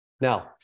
Now